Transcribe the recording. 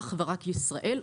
אך ורק בישראל,